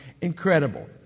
incredible